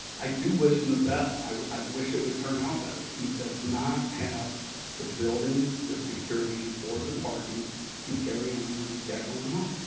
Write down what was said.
i do wish him and the best. i wish it would turn out better. he does not have the building, the security, or the parking to carry on what he's got going on.